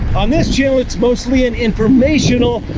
on this channel, it's mostly an informational,